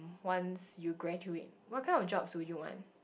once you graduate what kind of jobs do you want